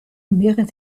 mehren